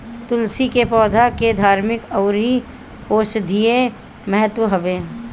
तुलसी के पौधा के धार्मिक अउरी औषधीय महत्व हवे